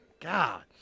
God